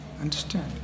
Understand